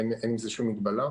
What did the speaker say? אין על זה שום מגבלה.